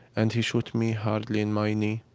and he shoot me hardly in my knee.